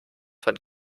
von